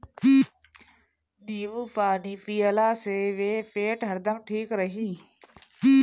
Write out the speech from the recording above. नेबू पानी पियला से पेट हरदम ठीक रही